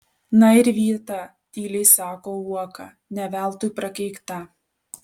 na ir vieta tyliai sako uoka ne veltui prakeikta